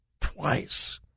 twice